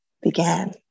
began